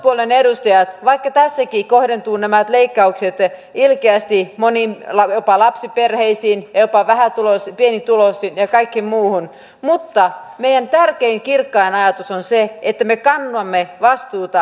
meidän hallituspuolueen edustajien vaikka tässäkin nämä leikkaukset kohdentuvat ilkeästi moniin jopa lapsiperheisiin ja jopa pienituloisiin ja kaikkeen muuhun tärkein kirkkain ajatuksemme on se että me kannamme vastuuta lapsistamme